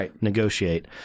negotiate